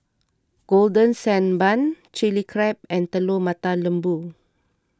Golden Sand Bun Chilli Crab and Telur Mata Lembu